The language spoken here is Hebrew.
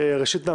על